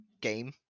game